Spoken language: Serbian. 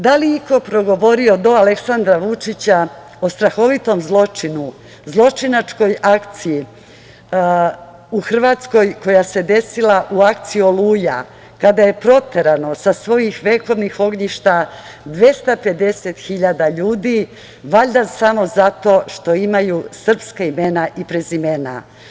Da li je iko progovorio do Aleksandra Vučića, o strahovitom zločinu, zločinačkoj akciji, u Hrvatskoj koja se desila u akciji „Oluja“, kada je proterana sa svojih vekovnih ognjišta 250 hiljada ljudi, valjda samo zato što imaju srpska imena i prezimena.